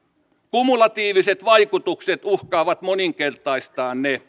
kumulatiiviset vaikutukset uhkaavat moninkertaistaa ne